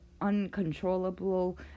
uncontrollable